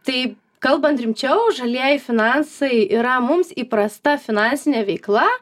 tai kalbant rimčiau žalieji finansai yra mums įprasta finansinė veikla